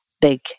big